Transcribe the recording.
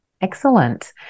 Excellent